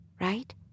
right